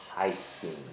hiking